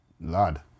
lad